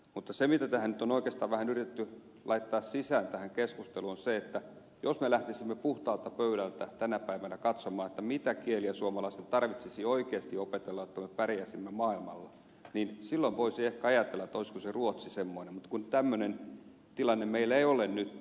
mutta se mitä tähän keskusteluun nyt on oikeastaan vähän yritetty laittaa sisään on että jos me lähtisimme puhtaalta pöydältä tänä päivänä katsomaan mitä kieliä suomalaisten tarvitsisi oikeasti opetella jotta me pärjäisimme maailmalla niin silloin voisi ehkä ajatella olisiko se ruotsi semmoinen mutta kun tämmöinen tilanne meillä ei ole nyt